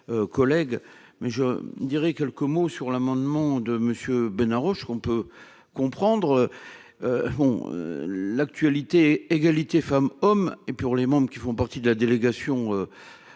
collègues, mais je dirai quelques mots sur l'amendement de Monsieur Ben, qu'on peut comprendre bon l'actualité égalité femmes-hommes et pour les mômes qui font partie de la délégation